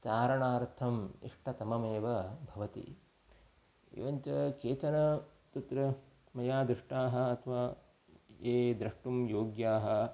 चारणार्थम् इष्टतममेव भवति एवञ्च केचन तत्र मया दृष्टाः अथवा ये द्रष्टुं योग्याः